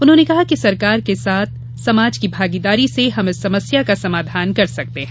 उन्होंने कहा कि सरकार के साथ समाज की भागीदारी से हम इस समस्या का समाधान कर सकते हैं